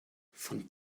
von